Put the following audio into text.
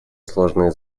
сложные